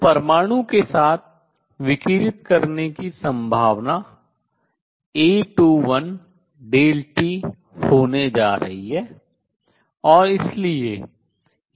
तो परमाणु के विकिरित करने की संभावना A21 t होने जा रही है